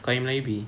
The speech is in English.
kau punya melayu B